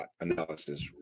analysis